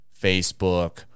facebook